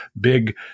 big